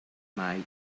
might